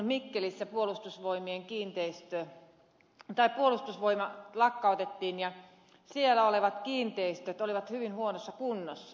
mikkelissä puolustusvoimat lakkautettiin ja siellä olevat kiinteistöt olivat hyvin huonossa kunnossa